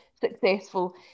successful